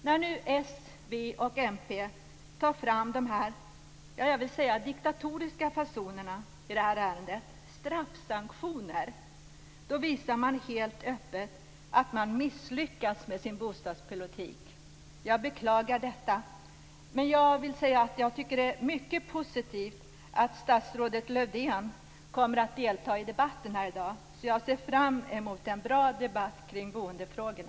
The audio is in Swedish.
När nu Socialdemokraterna, Vänsterpartiet och Miljöpartiet tar fram dessa, som jag vill kalla diktatoriska, fasonerna i detta ärende, straffsanktioner, visar de helt öppet att de misslyckats med sin bostadspolitik. Jag beklagar detta. Men jag vill säga att jag tycker att det är mycket positivt att statsrådet Lövdén kommer att delta i debatten här i dag. Jag ser därför fram emot en bra debatt om boendefrågorna.